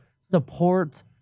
support